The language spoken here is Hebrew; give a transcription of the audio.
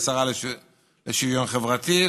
לשרה לשוויון חברתי,